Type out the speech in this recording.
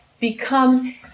become